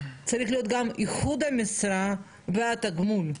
צריך להיות גם איכות המשרה והתגמול.